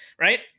Right